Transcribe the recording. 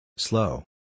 Slow